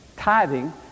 tithing